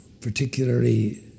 particularly